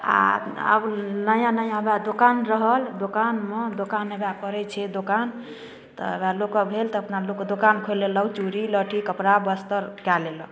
आ आब नया नया बात दोकान रहल दोकानमे दोकान होयबे करैत छै दोकान तऽ होयबे लोकके भेल तऽ अपना लोक दोकान खोलि लेलक चूड़ी लहठी कपड़ा बस्तर कै लेलक